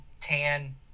tan